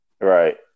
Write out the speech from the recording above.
Right